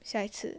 下次